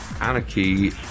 Anarchy